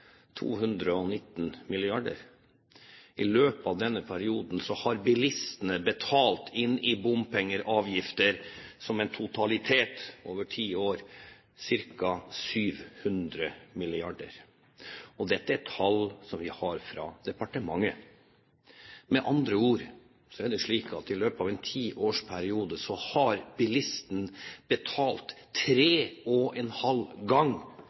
219 mrd. kr. I løpet av denne perioden har bilistene betalt inn i bompengeavgifter totalt over ti år ca. 700 mrd. kr. Dette er tall som vi har fra departementet. Med andre ord er det slik at i løpet av en tiårsperiode har bilisten betalt tre og en halv gang